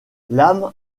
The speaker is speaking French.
l’âme